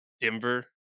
Denver